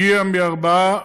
הגיע מארבעה